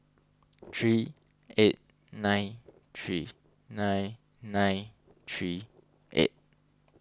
three eight nine three nine nine three eight